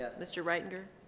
ah mr. reitinger,